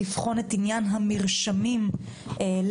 שעניינה לבחון את עניין המרשמים למטופלים.